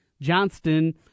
Johnston